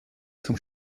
zum